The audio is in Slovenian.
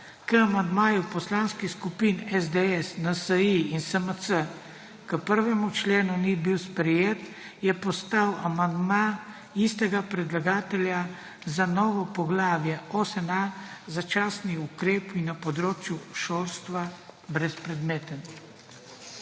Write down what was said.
k amandmaju Poslanskih skupin SDS, NSi in SMC k 1. členu ni bil sprejet je postal amandma istega predlagatelja za novo poglavje 8.a začasni ukrepi na področju šolstva brezpredmeten.